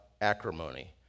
acrimony